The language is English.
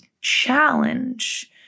challenge